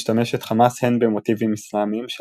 משתמשת חמאס הן במוטיבים אסלאמיים של